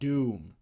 Doom